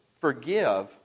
forgive